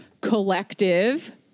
collective